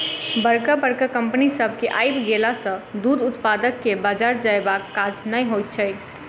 बड़का बड़का कम्पनी सभ के आइब गेला सॅ दूध उत्पादक के बाजार जयबाक काज नै होइत छै